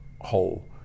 whole